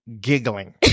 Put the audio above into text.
giggling